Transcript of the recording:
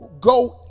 go